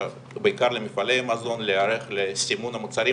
בעיקר למפעלי מזון להיערך לסימון המוצרים.